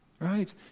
Right